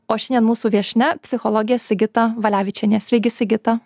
o šiandien mūsų viešnia psichologė sigita valevičienė sveiki sigita